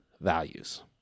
values